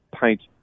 paint